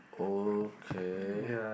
okay